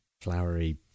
flowery